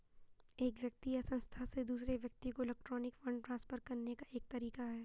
एक व्यक्ति या संस्था से दूसरे व्यक्ति को इलेक्ट्रॉनिक फ़ंड ट्रांसफ़र करने का एक तरीका है